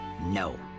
No